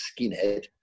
skinhead